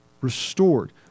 restored